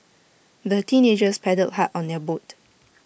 the teenagers paddled hard on their boat